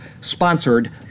sponsored